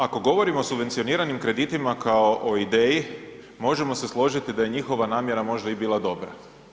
Ako govorimo o subvencioniranim kreditima kao o ideji, možemo se složiti da je njihova namjera možda i bila dobra.